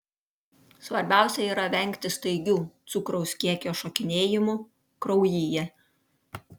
svarbiausia yra vengti staigių cukraus kiekio šokinėjimų kraujyje